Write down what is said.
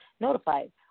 notified